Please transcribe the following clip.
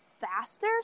faster